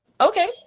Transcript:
Okay